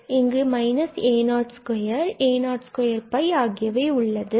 மற்றும் இங்கு a02 and a02 ஆகியவை உள்ளன